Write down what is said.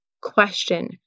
question